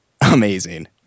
amazing